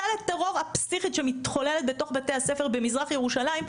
ההסתה לטרור הפסיכית שמתחוללת בתוך בתי הספר במזרח ירושלים,